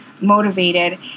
motivated